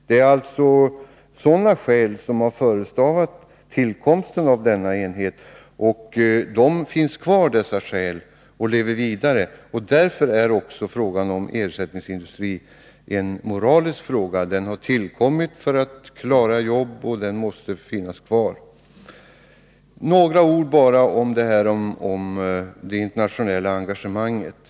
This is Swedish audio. Det är alltså sådana skäl som har förestavat tillkomsten av denna enhet. Dessa skäl finns kvar. Därför är frågan om en ersättningsindustri också en moralisk fråga. Enheten har tillkommit för att man skulle klara sysselsättningen, och den måste få finnas kvar. Några ord om det internationella engagemanget.